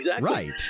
Right